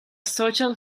social